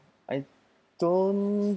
I don't